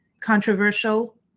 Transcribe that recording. controversial